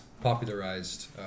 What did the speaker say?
popularized